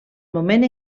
moment